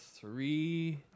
three